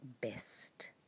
best